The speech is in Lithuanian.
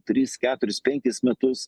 tris keturis penkis metus